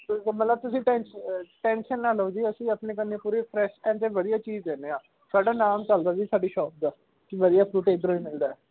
ਅਤੇ ਮਤਲਬ ਤੁਸੀਂ ਟੈਂਨ ਅ ਟੈਂਨਸ਼ਨ ਨਾ ਲਓ ਜੀ ਅਸੀਂ ਆਪਣੇ ਕੰਨੀ ਪੂਰੇ ਫਰੈੱਸ਼ ਟਾਈਮ 'ਤੇ ਵਧੀਆ ਚੀਜ਼ ਦਿੰਦੇ ਹਾਂ ਸਾਡਾ ਨਾਮ ਚੱਲਦਾ ਜੀ ਸਾਡੀ ਸ਼ੌਪ ਦਾ ਵਧੀਆ ਫਰੂਟ ਇੱਧਰੋਂ ਹੀ ਮਿਲਦਾ